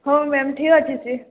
ହଉ ମ୍ୟାମ୍ ଠିକ ଅଛି ସି